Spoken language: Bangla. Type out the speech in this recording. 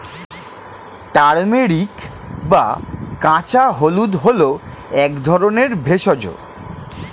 টার্মেরিক বা কাঁচা হলুদ হল এক ধরনের ভেষজ